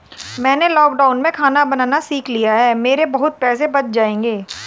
मैंने लॉकडाउन में खाना बनाना सीख लिया है, मेरे बहुत पैसे बच जाएंगे